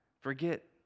forget